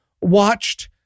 watched